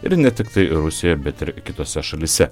ir ne tiktai rusijoj bet ir kitose šalyse